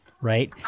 right